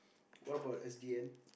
what about S_D_N